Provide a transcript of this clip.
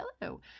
Hello